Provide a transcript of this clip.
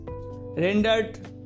rendered